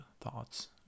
thoughts